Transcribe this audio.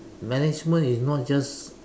management is not just